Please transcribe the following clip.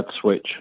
switch